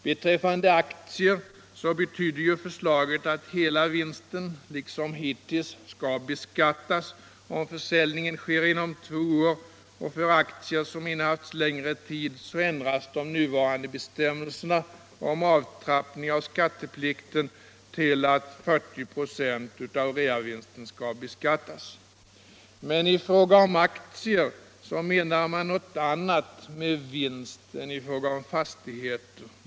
Beträffande aktier betyder ju förslaget att hela vinsten liksom hittills skall beskattas, om försäljningen sker inom två år, och för aktier som innehafts längre tid ändras nuvarande bestämmelser om avtrappning av skatteplikten under de närmast följande åren till att 40 26 av reavinsten skall beskattas. Men i fråga om aktier menar man något annat med vinst än i fråga om fastigheter.